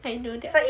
I know that